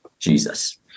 Jesus